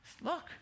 look